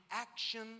action